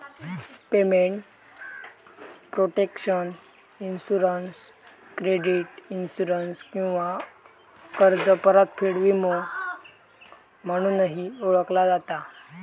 payment protection insurance credit insurance किंवा कर्ज परतफेड विमो म्हणूनही ओळखला जाता